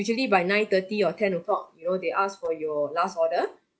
usually by nine-thirty or ten o'clock you know they ask for your last order